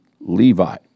Levi